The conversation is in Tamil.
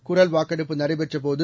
குரல் வாக்கெடுப்பு நடைபெற்ற போது